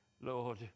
Lord